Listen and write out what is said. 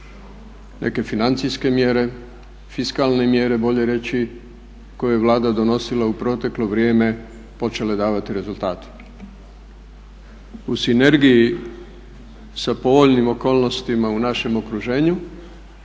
neke financijske mjere, fiskalne mjere bolje je reći koje je Vlada donosila u proteklo vrijeme počele davati rezultate. U sinergiji sa povoljnim okolnostima u našem okruženju,